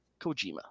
Kojima